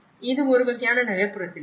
இது ஒரு வகையான நகர்ப்புறத்தில் உள்ளது